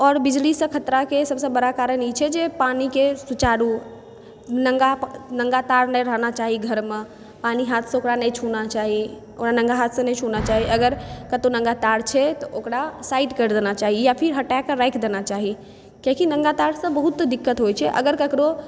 आओर बिजलीसँ खतराके सबसँ बड़ा कारण ई छै जे पानिके सुचारु नङ्गा नङ्गा तार नहि रहना चाही घरमे पानि हाथसँ नहि छूना चाही ओकरा नङ्गा हाथसँ नहि छूना चाही अगर कतौ नङ्गा तार छै तऽ ओकरा साइड कर देना चाही या हटा कऽ राखि देना चाही कियाकि नङ्गा तारसँ बहुत दिक्कत होइ छै अगर ककरो